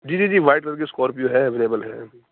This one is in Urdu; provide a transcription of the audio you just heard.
جی جی جی وائٹ کلر کی اسکورپیو ہے اویلیبل ہے ابھی